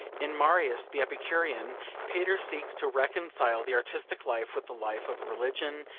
in marius the epicurean pater seeks to reconcile the artistic life with the life of religion,